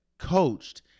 coached